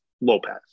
Lopez